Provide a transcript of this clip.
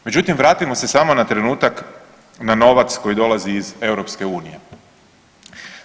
Međutim vratimo se samo na trenutak na novac koji dolazi iz EU-a.